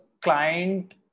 client